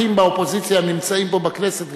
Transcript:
הנוכחים באופוזיציה נמצאים פה בכנסת.